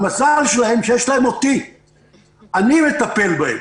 המזל שלהם שיש להם אותי ואני מטפל בהם.